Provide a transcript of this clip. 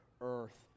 earth